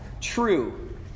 true